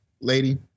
lady